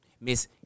Miss